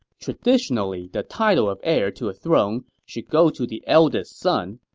traditionally the title of heir to a throne should go to the eldest son,